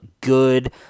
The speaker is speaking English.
good